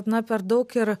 na per daug ir